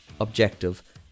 objective